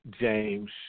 James